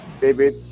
David